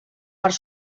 part